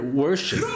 worship